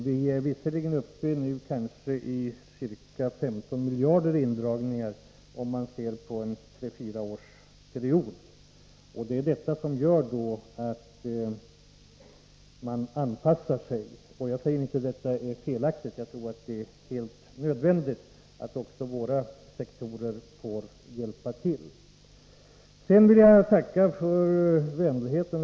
Vi är nu visserligen uppe i ca 15 miljarder kronor i indragningar, om man ser på en fyraårsperiod, och detta gör att man anpassar sig. Jag säger inte att det är felaktigt. Jag tror att det är helt enkelt nödvändigt att även våra sektorer får hjälpa till. Sedan vill jag tacka för vänligheten.